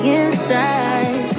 inside